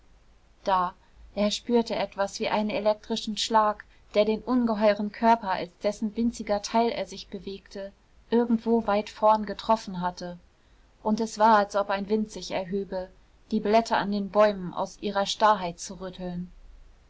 da er spürte etwas wie einen elektrischen schlag der den ungeheuren körper als dessen winziger teil er sich bewegte irgendwo weit vorn getroffen hatte und es war als ob ein wind sich erhöbe die blätter an den bäumen aus ihrer starrheit zu rütteln